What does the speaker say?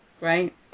Right